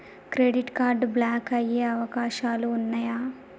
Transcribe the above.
Credit card block అయ్యే అవకాశాలు ఉన్నయా?